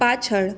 પાછળ